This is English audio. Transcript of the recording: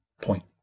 point